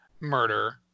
murder